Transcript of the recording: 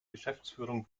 geschäftsführung